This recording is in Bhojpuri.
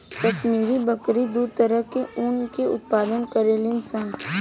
काश्मीरी बकरी दू तरह के ऊन के उत्पादन करेली सन